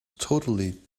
totally